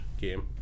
game